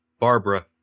Barbara